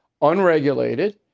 unregulated